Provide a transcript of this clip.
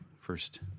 first